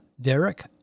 Derek